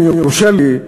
אם יורשה לי,